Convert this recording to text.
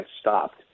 stopped